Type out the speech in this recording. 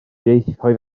ieithoedd